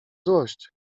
złość